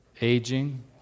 aging